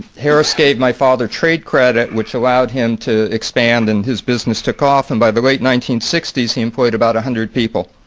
harris gave my father trade credit which allowed him to expand and his business took off. and by the late nineteen sixty s, he employed about a hundred people.